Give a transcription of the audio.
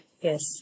Yes